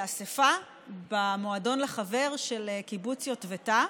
אספה במועדון לחבר של קיבוץ יטבתה.